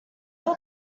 hilt